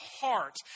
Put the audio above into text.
heart